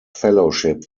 fellowship